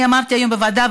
אני אמרתי היום בוועדה,